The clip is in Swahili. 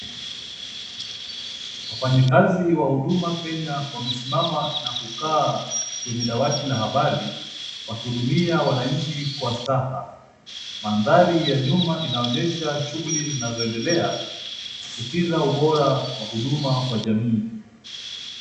Wafanyikazi wa Huduma Kenya wamesimama na kukaa kwenye dawati la habari, wakihudumia wananchi kwa staha. Mandhari ya nyuma inaonyesha shughuli zinazoendelea, ikisisitiza ubora wa huduma kwa jamii.